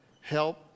help